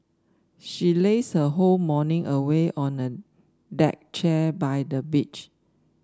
she lazed her whole morning away on a deck chair by the beach